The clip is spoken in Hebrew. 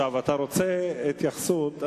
אתה רוצה התייחסות,